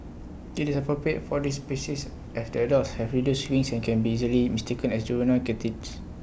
IT is appropriate for this species as the adults have reduced wings and can be easily mistaken as juvenile katydids